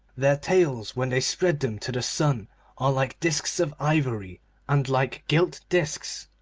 their tails when they spread them to the sun are like disks of ivory and like gilt disks.